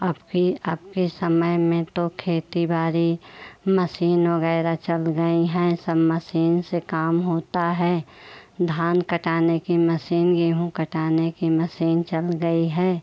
अब की अब के समय में तो खेती बाड़ी मसीन वग़ैरह चल गई हैं सब मसीन से काम होता है धान कटाने की मसीन गेहूँ कटाने की मसीन चल गई है